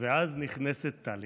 ואז נכנסת טלי,